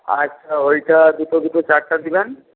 আচ্ছা ওইটা দুটো দুটো চারটে দিবেন